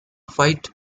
fight